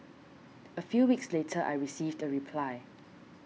a few weeks later I received a reply